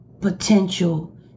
potential